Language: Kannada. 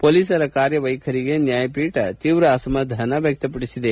ಪೊಲೀಸರ ಕಾರ್ಯವ್ಮೆಖರಿಗೆ ನ್ಯಾಯಪೀಠ ತೀವ್ರ ಅಸಮಾಧಾನ ವ್ಯಕ್ತಪಡಿಸಿದೆ